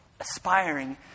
Aspiring